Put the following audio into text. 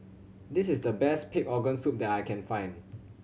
this is the best pig organ soup that I can find